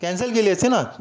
cancel केली असती ना